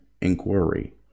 inquiry